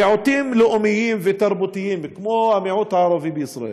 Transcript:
מיעוטים לאומיים ותרבותיים כמו המיעוט הערבי בישראל,